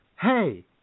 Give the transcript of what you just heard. hey